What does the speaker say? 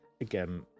again